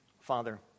Father